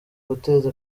guteza